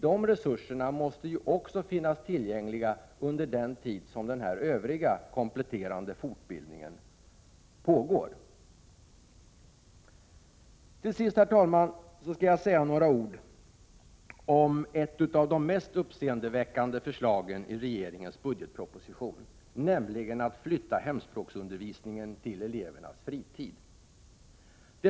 De resurserna måste också finnas tillgängliga under den tid som den övriga kompletterande fortbildningen pågår. Till sist, herr talman, skall jag säga några ord om ett av de mest uppseendeväckande förslagen i regeringens budgetproposition, nämligen flyttningen av hemspråksundervisningen till elevernas fritid.